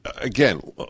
again